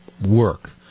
work